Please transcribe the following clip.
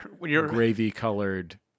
gravy-colored